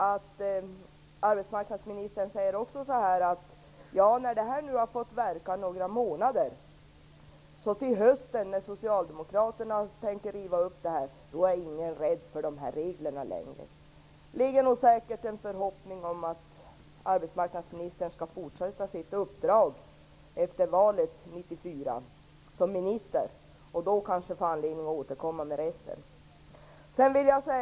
Arbetsmarknadsministern säger också att när detta har fått verka några månader och när Socialdemokraterna tänker riva upp detta till hösten är ingen rädd för de här reglerna längre. I detta ligger säkert en förhoppning om att arbetsmarknadsministern skall fortsätta sitt uppdrag efter valet 1994 och då kanske få anledning att återkomma med resten.